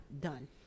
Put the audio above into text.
done